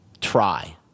try